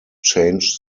change